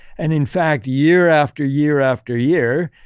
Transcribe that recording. and in fact, year after year after year.